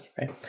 right